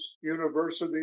university